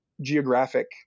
geographic